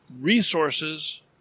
resources